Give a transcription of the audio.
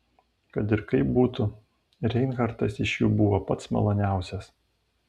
kad ir kaip būtų reinhartas iš jų buvo pats maloniausias